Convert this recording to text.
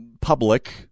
public